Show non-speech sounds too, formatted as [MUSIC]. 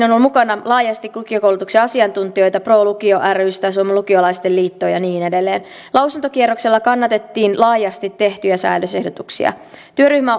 [UNINTELLIGIBLE] on ollut mukana laajasti lukiokoulutuksen asiantuntijoita muun muassa pro lukio rystä ja suomen lukiolaisten liitosta ja niin edelleen lausuntokierroksella kannatettiin laajasti tehtyjä säädösehdotuksia työryhmä [UNINTELLIGIBLE]